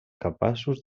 capaços